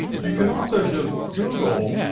you can also just google,